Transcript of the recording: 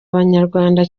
abanyarwanda